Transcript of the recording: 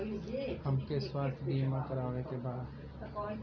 हमके स्वास्थ्य बीमा करावे के बा?